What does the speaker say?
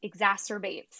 exacerbates